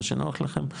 מה שנוח לכם,